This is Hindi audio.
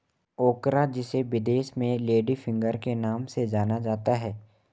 ओकरा जिसे विदेश में लेडी फिंगर के नाम से जाना जाता है